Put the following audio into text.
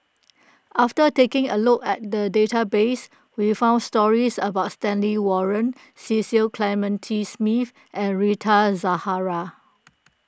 after taking a look at the database we found stories about Stanley Warren Cecil Clementi Smith and Rita Zahara